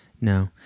no